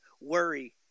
worry